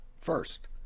First